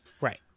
right